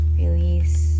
release